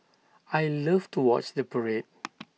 I love to watch the parade